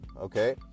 okay